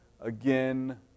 again